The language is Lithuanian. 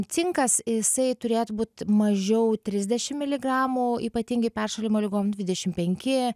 cinkas jisai turėtų būt mažiau trisdešim miligramų ypatingai peršalimo ligom dvidešim penki